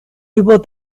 über